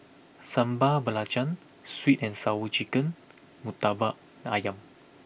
Sambal Belacan Sweet and Sour Chicken Murtabak Ayam